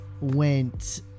Went